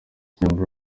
ikinya